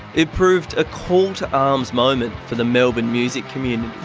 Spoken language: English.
it proved a call-to-arms moment for the melbourne music community.